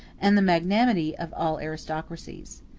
and the magnanimity of all aristocracies.